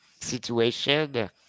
situation